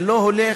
זה לא הולך.